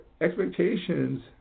expectations